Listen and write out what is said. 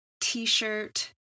t-shirt